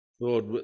Lord